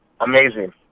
amazing